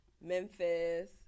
Memphis